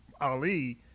Ali